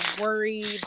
worried